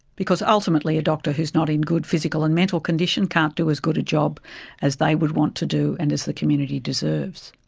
because ultimately a doctor who is not in good physical and mental condition can't do as good a job as they would want to do and as the community deserves.